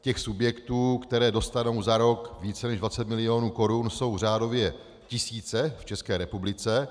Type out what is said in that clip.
Těch subjektů, které dostanou za rok více než 20 mil. korun, jsou řádově tisíce v České republice.